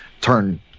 turn